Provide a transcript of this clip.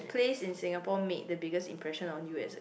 place in Singapore made the biggest impression on you as a